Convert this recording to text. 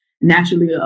naturally